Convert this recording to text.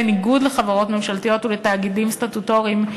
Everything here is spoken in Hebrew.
בניגוד לחברות ממשלתיות ולתאגידים סטטוטוריים,